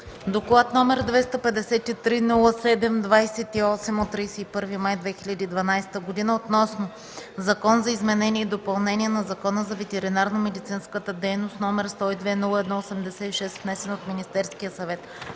Доклад № 253-07-28 от 31 май 2012 г., относно Закон за изменение и допълнение на Закона за ветеринарномедицинската дейност, № 102-01-86, внесен от Министерския съвет